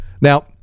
Now